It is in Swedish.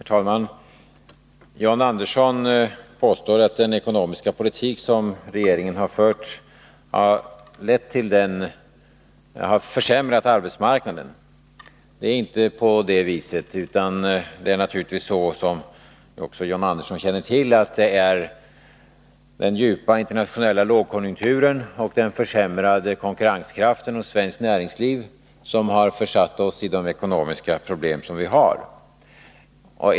Herr talman! John Andersson påstår att den ekonomiska politik som regeringen har fört har försämrat arbetsmarknaden. Det är inte på det viset, utan det är naturligtvis så — som också John Andersson känner till — att det är den djupa internationella lågkonjunkturen och försämringen av konkurrenskraften inom svenskt näringsliv som har gett oss de ekonomiska problem som vi har.